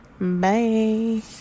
Bye